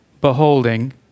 beholding